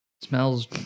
Smells